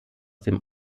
dem